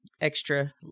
extra